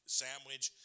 sandwich